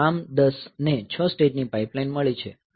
ARM10 ને 6 સ્ટેજની pipeline મળી છે